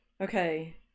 Okay